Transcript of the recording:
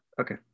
Okay